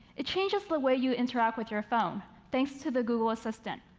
it changes the way you interact with your phone thanks to the google assistant.